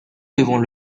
devant